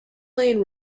lane